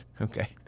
Okay